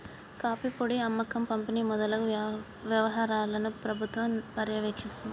coffee పొడి అమ్మకం పంపిణి మొదలగు వ్యవహారాలను ప్రభుత్వం పర్యవేక్షిస్తుంది